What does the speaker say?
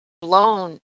blown